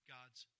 God's